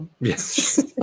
Yes